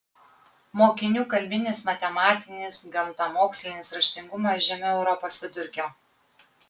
mokinių kalbinis matematinis gamtamokslinis raštingumas žemiau europos vidurkio